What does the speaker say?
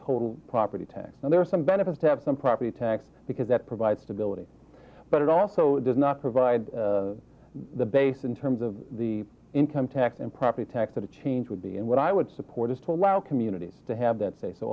total property tax and there are some benefits to have some property tax because that provide stability but it also does not provide the base in terms of the income tax and property tax that a change would be and what i would support is to allow communities to have that say so